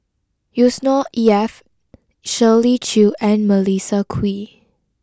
Yusnor E F Shirley Chew and Melissa Kwee